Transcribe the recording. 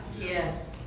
yes